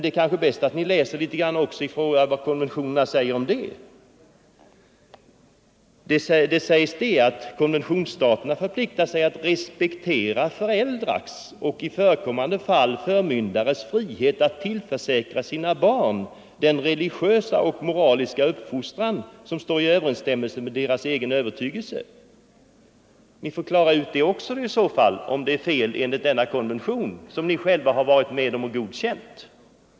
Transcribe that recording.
Det är kanske bäst att läsa vad konventionerna säger om det: ”Konventionsstaterna förpliktar sig att respektera föräldrars och, i förekommande fall, förmyndares frihet att tillförsäkra sina barn den religiösa och moraliska uppfostran, som står i överensstämmelse med deras egen övertygelse.” Ni får i så fall också klara ut om det är fel enligt denna konvention som ni själva varit med och godkänt.